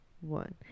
one